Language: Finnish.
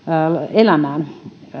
elämään